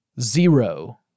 zero